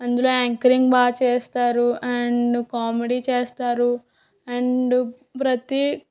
అందులో యాంకరింగ్ బాగా చేస్తారు అండ్ కామెడీ చేస్తారు అండ్ ప్రతీ